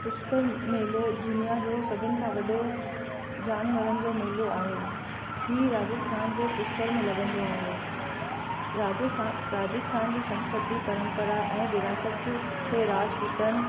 पुष्कर मेलो दुनिया जो सभिनि खां वॾो जानवरनि जो मेलो आहे हीउ राजस्थान जे पुष्कर में लॻंदो आहे राजस्था राजस्थान जी संस्कृती परम्परा ऐं विरासत ते राजपूतनि